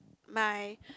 my